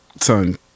Son